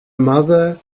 mother